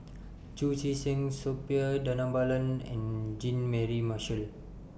Chu Chee Seng Suppiah Dhanabalan and Jean Mary Marshall